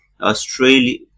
Australia